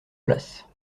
place